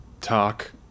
talk